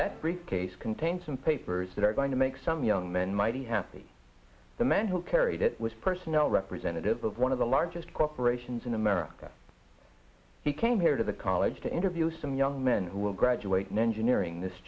that briefcase contains some papers that are going to make some young men mighty happy the man who carried it was personnel representative of one of the largest corporations in america he came here to the college to interview some young men who will graduate mention earing this